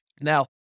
Now